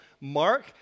Mark